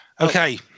Okay